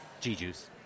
G-Juice